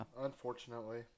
unfortunately